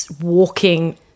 walking